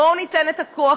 בואו ניתן את הכוח,